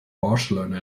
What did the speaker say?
barcelona